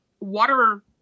water